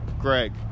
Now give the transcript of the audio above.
Greg